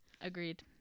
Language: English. Agreed